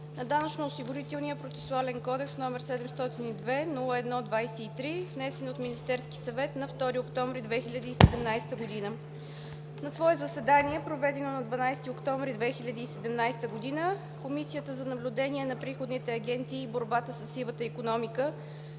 на Данъчно-осигурителния процесуален кодекс, № 702-01-23, внесен от Министерския съвет на 2 октомври 2017 г. На свое заседание, проведено на 12 октомври 2017 г., Комисията за наблюдение на приходните агенции и борбата със сивата икономика